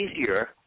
easier